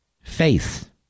faith